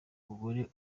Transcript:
mugore